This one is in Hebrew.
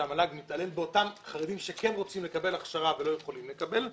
המל"ג מתעלל באותם חרדים שכן רוצים לקבל הכשרה ולא יכולים לקבל אותה.